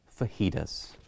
Fajitas